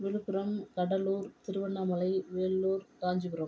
Villupuram Cuddalore Tiruvannamalai Vellore Kanchipuram